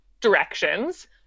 directions